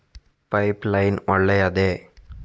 Pipe line ಒಳ್ಳೆಯದೇ?